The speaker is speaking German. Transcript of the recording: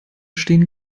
stehen